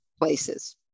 places